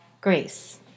Grace